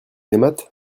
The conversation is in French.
aimâtes